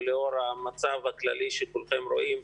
ולאור המצב הכללי שכולכם רואים,